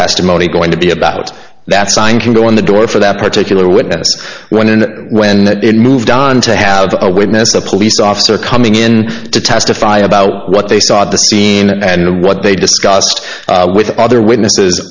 testimony going to be about that sign can go in the door for that particular witness when and when it moved on to have a witness a police officer coming in to testify about what they saw at the scene and what they discussed with other witnesses